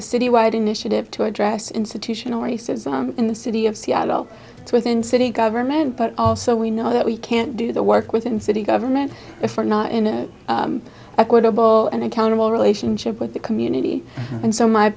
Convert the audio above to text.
a city wide initiative to address institutional racism in the city of seattle to in city government but also we know that we can't do the work within city government if we're not in an equitable and accountable relationship with the community and so my